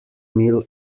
mill